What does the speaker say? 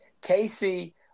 Casey